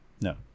No